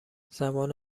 زبان